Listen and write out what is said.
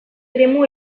eremu